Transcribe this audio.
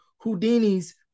Houdini's